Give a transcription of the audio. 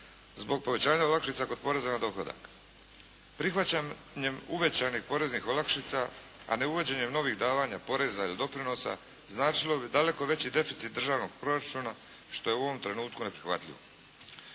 zbog povećanja olakšica kod poreza na dohodak. Prihvaćanjem uvećanih poreznih olakšica a neuvođenjem novih davanja poreza ili doprinosa značilo bi daleko veći deficit državnog proračuna što je u ovom trenutku neprihvatljivo.